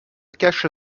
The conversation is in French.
cache